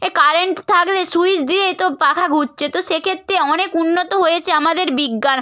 এ current থাকলে switch দিয়েই তো পাখা ঘুরছে তো সেক্ষেত্রে অনেক উন্নত হয়েছে আমাদের বিজ্ঞান